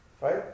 Right